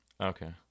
Okay